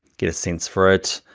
get a sense for it.